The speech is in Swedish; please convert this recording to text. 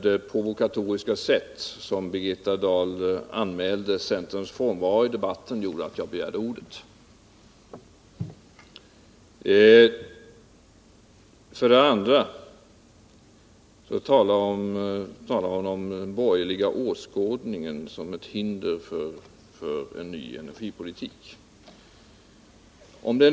Det provokatoriska sätt på vilket Birgitta Dahl anmälde centerns frånvaro i debatten gjorde att jag ändå begärde ordet. Birgitta Dahl talade vidare om den borgerliga åskådningen som ett hinder för en ny energipolitik.